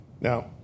Now